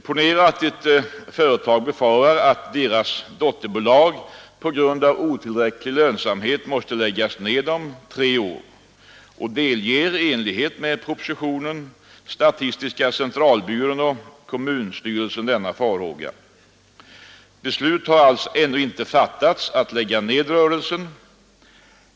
Ponera att ett företag befarar att dess dotterbolag på grund av otillräcklig lönsamhet måste läggas ned om tre år. Företaget delger i enlighet med propositionen statistiska centralbyrån och kommunstyrelsen denna farhåga. Beslut har ännu inte fattats om att lägga ned rörelsen.